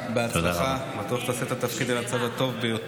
רצית להודיע הודעה קצרה.